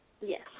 Yes